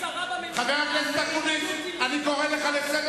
את שהיית שרה בממשלה כשהיו טילים כל הזמן?